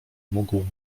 mógł